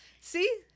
See